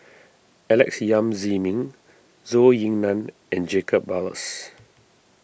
Alex Yam Ziming Zhou Ying Nan and Jacob Ballas